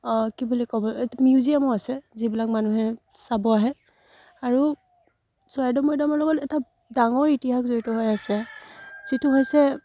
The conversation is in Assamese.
কি বুলি ক'ব ইয়াত মিউজিয়ামো আছে যিবিলাক মানুহে চাব আহে আৰু চৰাইদেউ মৈদামৰ লগত এটা ডাঙৰ ইতিহাস জড়িত হৈ আছে যিটো হৈছে